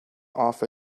off